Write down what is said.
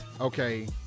okay